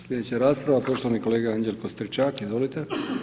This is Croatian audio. Sljedeća rasprava je poštovani kolega Anđelko Stričak, izvolite.